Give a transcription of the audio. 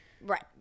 Right